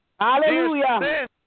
Hallelujah